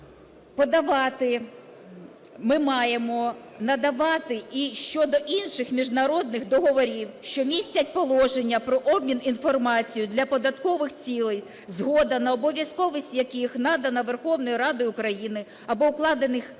ми маємо надавати і щодо інших міжнародних договорів, що містять положення про обмін інформацією для податкових цілей, згода на обов'язковість яких надана Верховною Радою України або укладених на